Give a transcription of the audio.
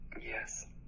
yes